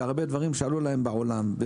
והרבה דברים שעלו להם בעולם.